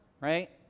right